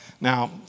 Now